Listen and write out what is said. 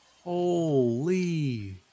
Holy